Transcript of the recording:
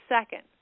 second